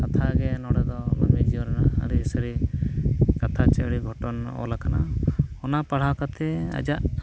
ᱠᱟᱛᱷᱟᱜᱮ ᱱᱚᱸᱰᱮ ᱫᱚ ᱢᱟᱹᱱᱢᱤ ᱡᱤᱭᱚᱱ ᱨᱮᱱᱟᱜ ᱥᱟᱹᱨᱤ ᱠᱟᱛᱷᱟ ᱥᱮ ᱜᱷᱚᱴᱚᱱ ᱚᱞᱠᱟᱱᱟ ᱚᱱᱟ ᱯᱟᱲᱦᱟᱣ ᱠᱟᱛᱮᱫ ᱟᱡᱟᱜ